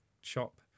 shop